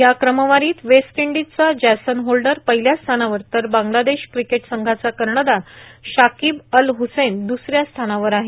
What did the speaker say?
या क्रमवारीत वेस्ट इंडिजचा जॅसन होल्डर पहिल्या स्थानावर तर बांगलादेश क्रिकेट संघाचा कर्णधार शाकिब अल ह्सैन दुसऱ्या स्थानावर आहे